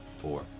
Four